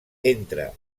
entra